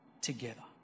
together